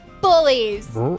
bullies